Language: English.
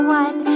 one